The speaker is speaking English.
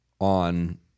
on